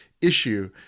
issue